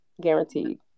Guaranteed